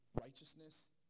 Righteousness